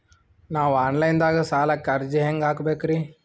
ನಾವು online ದಾಗ ಸಾಲಕ್ಕ ಅರ್ಜಿ ಹೆಂಗ ಹಾಕಬೇಕ್ರಿ?